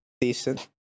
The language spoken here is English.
decent